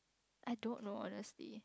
I don't know honestly